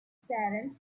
saddened